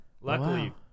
Luckily